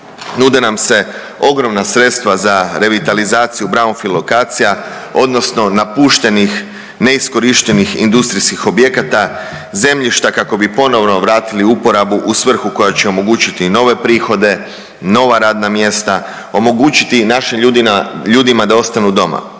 Nude nam se ogromna sredstva za revitalizaciju brownfield lokacija odnosno napuštenih neiskorištenih industrijskih objekata, zemljišta kako bi ponovno vratili u uporabu u svrhu koja će omogućiti nove prihode, nova radna mjesta, omogućiti našim ljudima da ostanu doma,